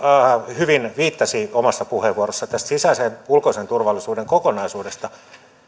hyvin viittasi omassa puheenvuorossaan tästä sisäisen ja ulkoisen turvallisuuden kokonaisuudesta